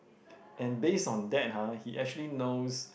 and based on that ha he actually knows